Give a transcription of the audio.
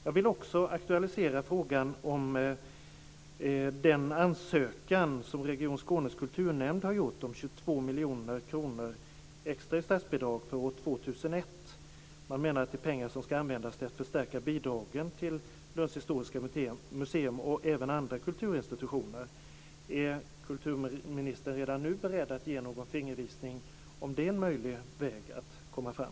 Jag vill också aktualisera frågan om den ansökan som Region Skånes kulturnämnd har gjort om 22 miljoner kronor extra i statsbidrag för år 2001. Det är pengar som ska användas till att förstärka bidragen till Lunds universitets historiska museum och även till andra kulturinstitutioner. Är kulturministern beredd att redan nu ge någon fingervisning om det är en möjlig väg att komma fram?